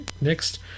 next